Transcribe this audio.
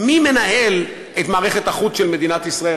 מי מנהל את מערכת החוץ של מדינת ישראל?